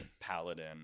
paladin